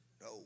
no